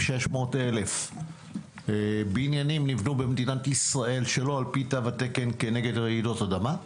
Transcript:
600,000 בנינים נבנו במדינת ישראל שלא על פי תו התקן כנגד רעידות אדמה.